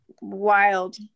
wild